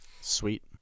Sweet